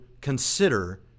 consider